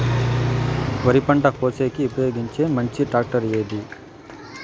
వరి పంట కోసేకి ఉపయోగించే మంచి టాక్టర్ ఏది?